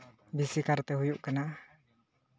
ᱵᱮᱥᱤ ᱠᱟᱨᱛᱮ ᱦᱩᱭᱩᱜ ᱠᱟᱱᱟ